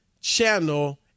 Channel